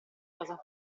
cosa